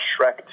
Shrek